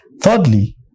Thirdly